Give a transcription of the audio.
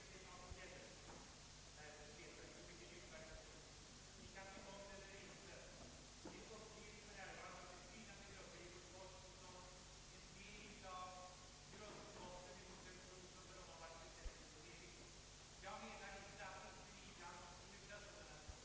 Att söka skapa sådana garantier står i strid med synen på evangeliet som ett fritt erbjudande.